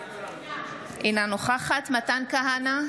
אינה נוכחת מתן כהנא,